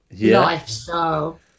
lifestyle